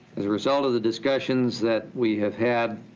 as a result of the discussions that we have had,